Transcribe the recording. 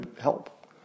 help